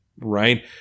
right